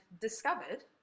discovered